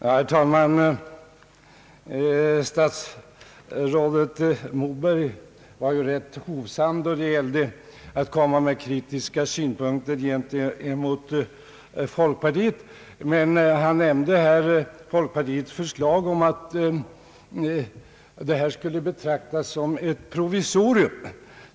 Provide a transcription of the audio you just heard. Herr talman! Statsrådet Moberg var rätt hovsam i sina kritiska synpunkter gentemot folkpartiet. Han nämnde att folkpartiet föreslagit att UKAS skulle betraktas som ett provisorium.